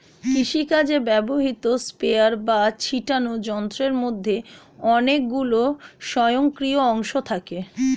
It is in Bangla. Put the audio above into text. কৃষিকাজে ব্যবহৃত স্প্রেয়ার বা ছিটোনো যন্ত্রের মধ্যে অনেকগুলি স্বয়ংক্রিয় অংশ থাকে